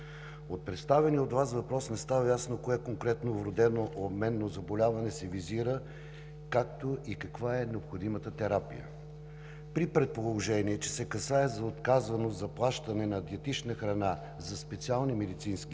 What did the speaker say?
от представения от Вас въпрос не става ясно кое конкретно вродено обменно заболяване се визира, както и каква е необходимата терапия. При предположение, че се касае за отказване от заплащане на диетична храна за специални медицински